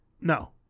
No